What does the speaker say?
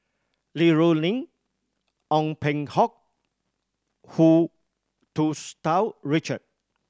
Li Rulin Ong Peng Hock Hu Tsu Tau Richard